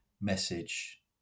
message